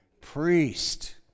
Priest